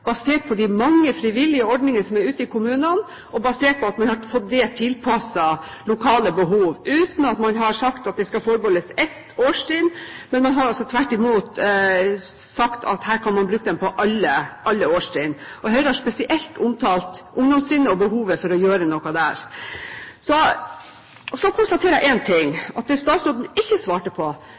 basert på de mange frivillige ordninger som er ute i kommunene, og basert på at man har fått dette tilpasset lokale behov, uten at man har sagt at det skal forbeholdes ett årstrinn. Man har tvert imot sagt at man kan bruke dem på alle årstrinn. Høyre har spesielt omtalt ungdomstrinnet og behovet for å gjøre noe der. Så konstaterer jeg én ting: Det statsråden ikke svarte på,